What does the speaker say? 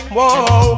Whoa